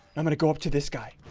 i'm gonna go up to this guy